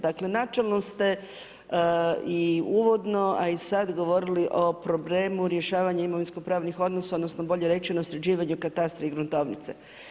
Dakle načelno ste i uvodno, a i sad govorili o problemu rješavanje imovinsko pravnih odnosa, odnosno bolje rečeno sređivanje katastra i gruntovnice.